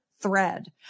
Thread